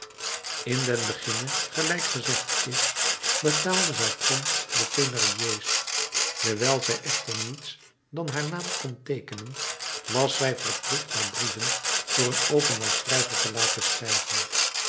in den beginne gelijk gezegd is betaalde zij prompt de thénardier's dewijl zij echter niets dan haar naam kon teekenen was zij verplicht haar brieven door een openbaar schrijver te laten schrijven